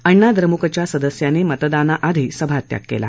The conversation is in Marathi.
अण्णा द्रमुकच्या सदस्यांनी मतदानाआधी सभात्याग केला